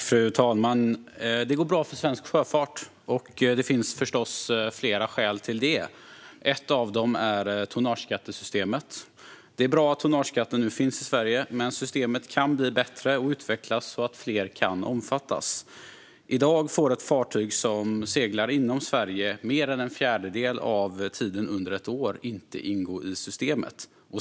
Fru talman! Det går bra för svensk sjöfart. Det finns förstås flera skäl till det, och ett av dem är tonnageskattesystemet. Det är bra att tonnageskatten nu finns i Sverige, men systemet kan bli bättre och utvecklas så att fler kan omfattas. I dag får ett fartyg som seglar inom Sverige mer än en fjärdedel av tiden under ett år inte ingå i systemet.